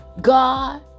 God